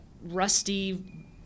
rusty